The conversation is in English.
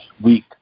week